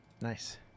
nice